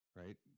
right